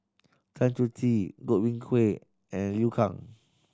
Tan Choh Tee Godwin Koay and Liu Kang